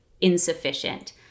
insufficient